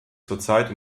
zurzeit